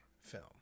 film